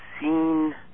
seen